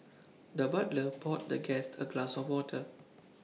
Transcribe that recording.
the butler poured the guest A glass of water